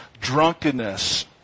drunkenness